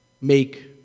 make